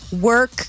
Work